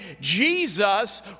Jesus